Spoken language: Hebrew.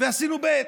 ועשינו ב'?